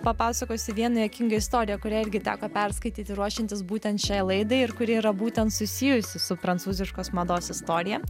papasakosiu vieną juokingą istoriją kurią irgi teko perskaityti ruošiantis būtent šiai laidai ir kuri yra būtent susijusi su prancūziškos mados istorija